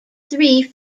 three